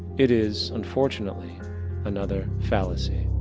it is unfortunately another fallacy.